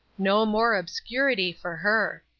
no more obscurity for her.